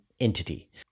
entity